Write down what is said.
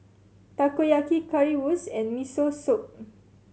Takoyaki Currywurst and Miso Soup